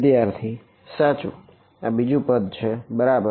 વિદ્યાર્થી સાચું આ બીજું પદ છે બરાબર